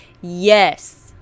yes